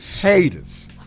haters